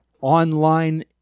online